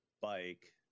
bike